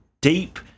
deep